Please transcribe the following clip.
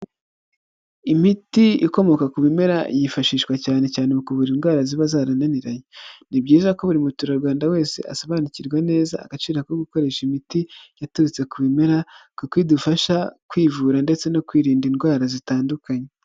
Imiti ikomoka ku bimera yifashishwa cyane cyane mu kuvura indwara ziba zarananiranye. Ni byiza ko buri muturarwanda wese asobanukirwa neza agaciro ko gukoresha imiti yaturutse ku bimera kuko idufasha kwivura ndetse no kwirinda indwara zitandukanye.